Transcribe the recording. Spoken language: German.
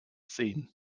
sehen